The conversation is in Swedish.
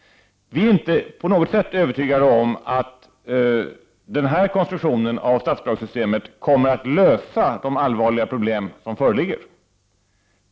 Vi är inte på något sätt övertygade om att den här konstruktionen av statsbidragssystemet kommer att lösa de allvarliga problem som föreligger.